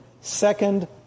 Second